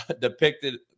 depicted